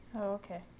okay